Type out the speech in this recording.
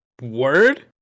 Word